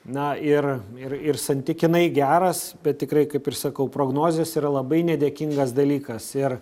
na ir ir ir santykinai geras bet tikrai kaip ir sakau prognozės yra labai nedėkingas dalykas ir